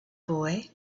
boy